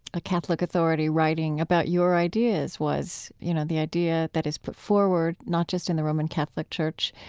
a catholic authority writing about your ideas, was, you know, the idea that is put forward not just in the roman catholic church,